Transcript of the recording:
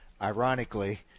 Ironically